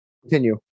continue